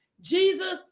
Jesus